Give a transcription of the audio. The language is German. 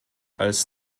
als